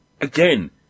again